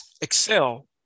excel